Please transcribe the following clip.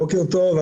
בוקר טוב.